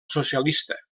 socialista